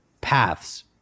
paths